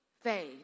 faith